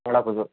Solapudur